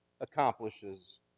accomplishes